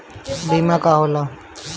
बीमा का होला?